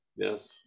Yes